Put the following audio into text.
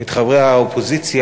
את חברי האופוזיציה,